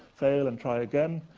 fail and try again.